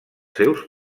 seus